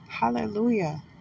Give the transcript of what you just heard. Hallelujah